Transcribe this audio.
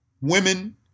Women